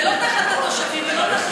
רמ"י זה תחתיך, זה לא תחת התושבים ולא תחתי.